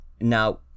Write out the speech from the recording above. now